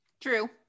true